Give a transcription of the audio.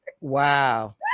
wow